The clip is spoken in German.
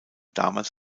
damals